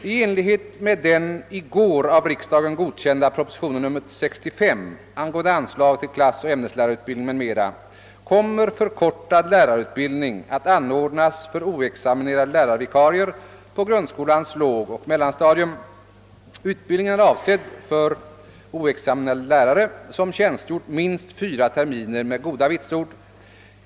I enlighet med den i går av riksdagen godkända propositionen nr 65 angående anslag till klassoch ämneslärarutbildning m.m. kommer förkortad lärarutbildning att anordnas för oexaminerade lärarvikarier på grundskolans lågoch mellanstadium. Utbildningen är avsedd för oexaminerade lärare som tjänstgjort minst fyra terminer med goda vitsord.